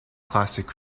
classic